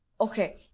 okay